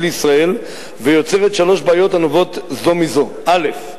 לישראל ויוצרת שלוש בעיות הנובעות זו מזו: א.